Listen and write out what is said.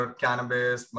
cannabis